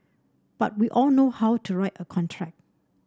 but we all know how to write a contract